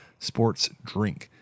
SPORTSDRINK